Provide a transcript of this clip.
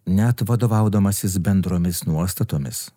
net vadovaudamasis bendromis nuostatomis